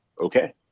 okay